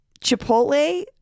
Chipotle